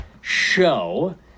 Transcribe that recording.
show